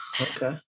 Okay